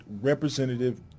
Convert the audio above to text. Representative